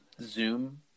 Zoom